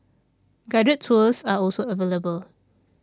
guided tours are also available